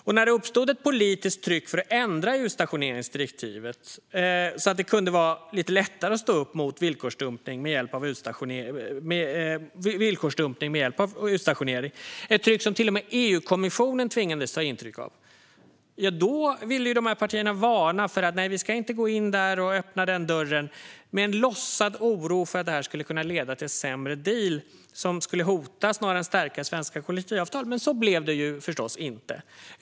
Och när det uppstod ett politiskt tryck för att ändra i utstationeringsdirektivet, så att det kunde bli lite lättare att stå upp mot villkorsdumpning med hjälp av utstationering, ett tryck som till och med EU-kommissionen tvingades ta intryck av, varnade de här partierna för att öppna den dörren och visade en låtsad oro för att det här skulle kunna leda till en sämre deal som skulle hota snarare än stärka svenska kollektivavtal. Men så blev det förstås inte.